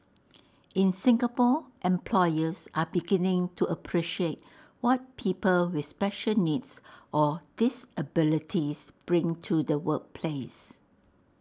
in Singapore employers are beginning to appreciate what people with special needs or disabilities bring to the workplace